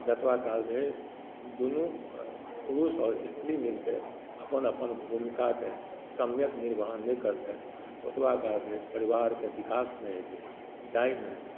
जतबा कहल जाए दुनू पुरुष आओर स्त्री मिलकेँ अपन अपन भुमिकाकेँ सम्यक निर्वहण नहि करितथि ओतबा काल धरि परिवारके विकास नहि हेतै जाहिमे